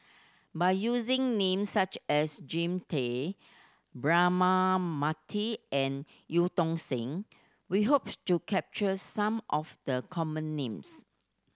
by using names such as Jean Tay Braema Mathi and Eu Tong Sen we hopes to capture some of the common names